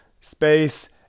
space